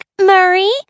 Murray